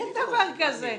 אין דבר כזה.